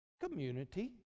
community